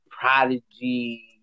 prodigy